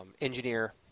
engineer